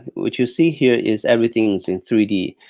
what you see here is everything is in three d.